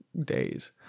days